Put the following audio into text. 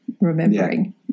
remembering